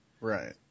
Right